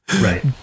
Right